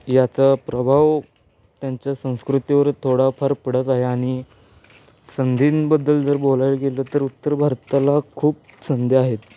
याचा प्रभाव त्यांच्या संस्कृतीवर थोडाफार पडत आहे आणि संधींबद्दल जर बोलायला गेलं तर उत्तर भारताला खूप संधी आहेत